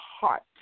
heart